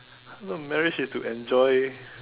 no marriage is to enjoy